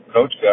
Coach